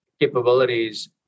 capabilities